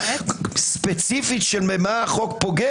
אתה משיב לשאלה שלי --- אתה ממשיך לדבר ואף אחד לא מבין מה אתה אומר.